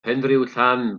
penrhiwllan